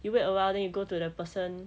you wait awhile then you go to the person